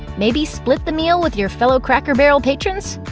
maybe split the meal with your fellow cracker barrel patrons?